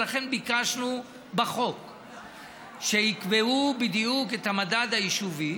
ולכן ביקשנו בחוק שיקבעו בדיוק את המדד היישובי.